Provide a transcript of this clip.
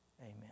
Amen